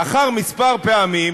לאחר כמה פעמים,